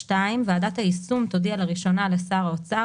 (2)ועדת היישום תודיע לראשונה לשר האוצר